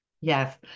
Yes